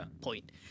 point